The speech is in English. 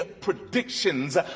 predictions